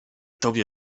tobie